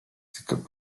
tylko